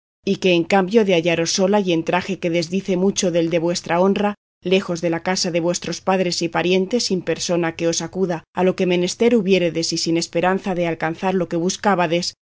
y que en cambio de hallaros sola y en traje que desdice mucho del de vuestra honra lejos de la casa de vuestros padres y parientes sin persona que os acuda a lo que menester hubiéredes y sin esperanza de alcanzar lo que